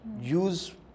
use